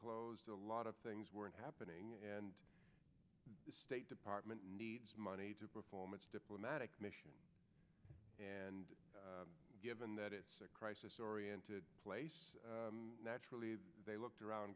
closed a lot of things weren't happening and the state department needs money to perform its diplomatic mission and given that it's a crisis oriented place naturally they looked around